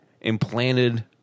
implanted